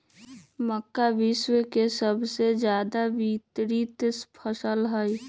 मक्का विश्व के सबसे ज्यादा वितरित फसल हई